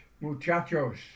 muchachos